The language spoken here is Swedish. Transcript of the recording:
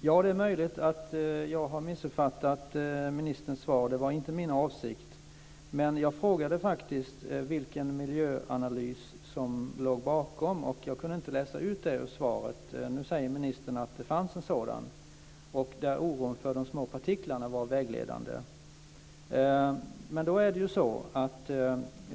Det är möjligt att jag har missuppfattat ministerns svar. Det var inte min avsikt. Men jag frågade faktiskt vilken miljöanalys som låg bakom, och jag kunde inte läsa ut det ur svaret. Nu säger ministern att det fanns en sådan, där oron för de små partiklarna var vägledande.